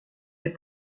des